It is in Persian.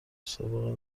سابقه